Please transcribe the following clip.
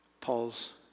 Paul's